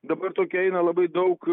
dabar tokia yra labai daug